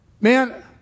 man